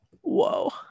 Whoa